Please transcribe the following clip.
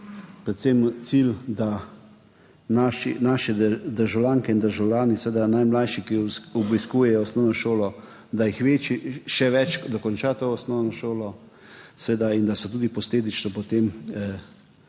predvsem cilj, da naše državljanke in državljani, seveda najmlajši, ki obiskujejo osnovno šolo, da jih še več dokonča to osnovno šolo in da posledično potem